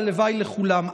והלוואי שלכולם.